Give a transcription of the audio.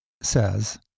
says